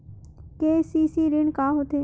KCC ऋण का होथे?